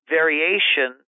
variation